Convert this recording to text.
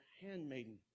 handmaiden